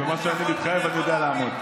במה שאני מתחייב אני יודע לעמוד.